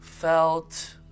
felt